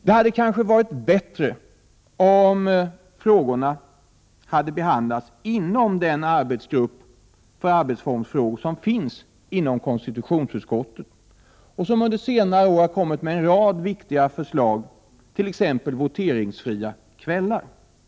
Det hade kanske varit bättre om frågorna hade behandlats av den arbetsgrupp för arbetsformsfrågor som finns inom konstitutionsutskottet och som under senare år har kommit med en rad viktiga förslag, t.ex. förslaget om voteringsfria kvällar. Jag vill gärna Prot.